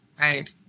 right